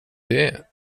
det